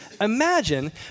Imagine